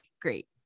great